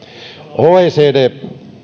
oecd